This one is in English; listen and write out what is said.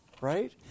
right